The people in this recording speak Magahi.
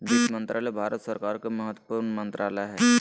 वित्त मंत्रालय भारत सरकार के महत्वपूर्ण मंत्रालय हइ